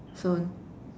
stone